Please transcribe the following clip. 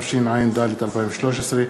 התשע"ד 2013,